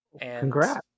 Congrats